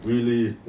really yes